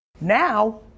Now